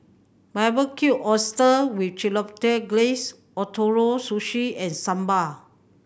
Barbecued Oyster with Chipotle Glaze Ootoro Sushi and Sambar